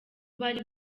bari